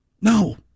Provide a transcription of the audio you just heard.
No